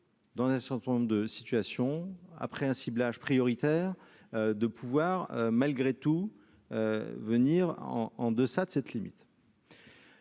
Dans un certain nombre de situations après un ciblage prioritaire de pouvoir malgré tout venir en en deçà de cette limite.